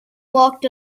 walked